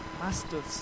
masters